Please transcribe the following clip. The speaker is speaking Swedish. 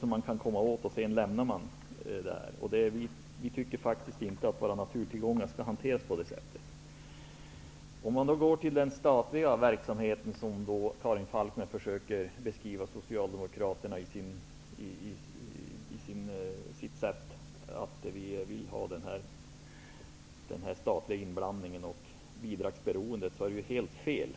som man lätt kan komma åt, och sedan kommer man att lämna verksamheten. Vi tycker inte att våra naturtillgångar skall hanteras på det sättet. Karin Falkmer försöker beskriva det som att vi socialdemokrater vill ha statlig inblandning och bidragsberoende. Det är helt fel.